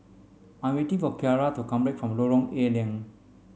I'm waiting for Ciarra to come back from Lorong A Leng